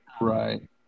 Right